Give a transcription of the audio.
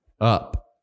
up